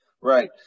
right